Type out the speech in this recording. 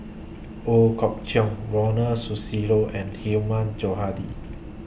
Ooi Kok Chuen Ronald Susilo and Hilmi Johandi